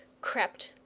crept,